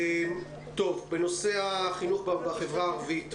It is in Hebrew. בנושא החינוך במגזר הערבי.